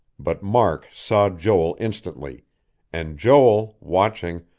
but mark saw joel instantly and joel, watching,